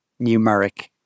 numeric